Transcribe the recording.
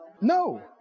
no